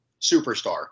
superstar